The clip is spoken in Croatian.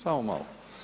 Samo malo.